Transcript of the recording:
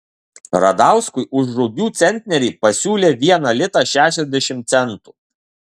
radauskui už rugių centnerį pasiūlė vieną litą šešiasdešimt centų